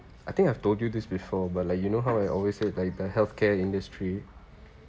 I think I've told you this before but like you know how I always say like the healthcare industry